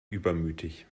übermütig